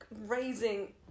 raising